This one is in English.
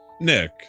nick